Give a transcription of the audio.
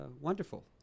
wonderful